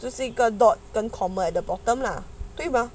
这是一个 dot 跟 comma at the bottom lah 对吧